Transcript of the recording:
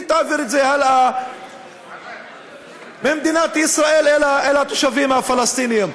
תעביר את זה הלאה ממדינת ישראל אל התושבים הפלסטינים.